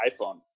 iPhone